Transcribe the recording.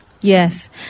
Yes